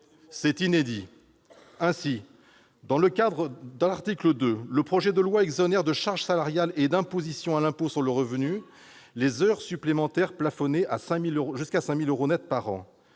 est inédit. En outre, par son article 2, le projet de loi exonère de charges salariales et d'imposition sur le revenu les heures supplémentaires, plafonnées à 5 000 euros nets par an.